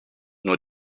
nur